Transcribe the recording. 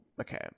Okay